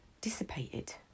dissipated